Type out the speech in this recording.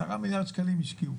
10 מיליארד שקלים השקיעו,